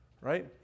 right